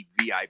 VIP